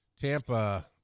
Tampa